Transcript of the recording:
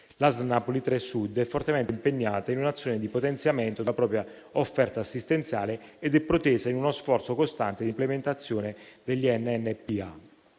L'ASL Napoli 3 Sud è fortemente impegnata in un'azione di potenziamento della propria offerta assistenziale ed è protesa verso uno sforzo costante di implementazione degli NNPIA.